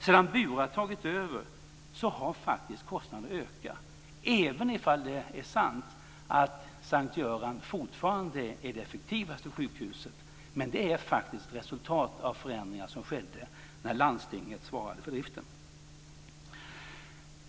Sedan Bure har tagit över har faktiskt kostnaderna ökat, även om det är sant att S:t Göran fortfarande är det effektivaste sjukhuset, men det är resultat av förändringar som skedde när landstinget svarade för driften.